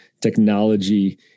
technology